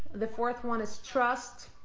the fourth one is trust.